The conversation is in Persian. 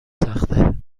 تخته